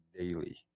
daily